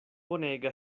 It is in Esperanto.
bonega